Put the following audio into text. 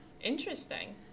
Interesting